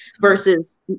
versus